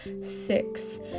six